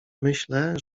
myślę